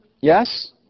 yes